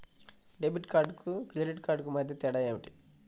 Debit కార్డుకు credit కార్డుకు మధ్య తేడా ఏమిటీ?